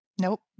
Nope